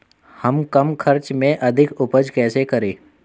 हम कम खर्च में अधिक उपज कैसे करें?